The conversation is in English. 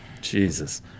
Jesus